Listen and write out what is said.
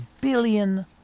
billion